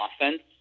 offense